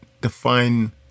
define